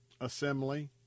assembly